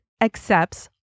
accepts